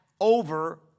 over